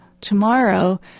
tomorrow